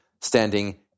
standing